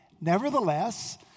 nevertheless